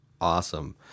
Awesome